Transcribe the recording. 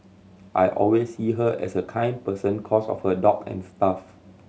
I always see her as a kind person cos of her dog and stuff